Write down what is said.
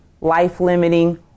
life-limiting